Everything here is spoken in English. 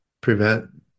prevent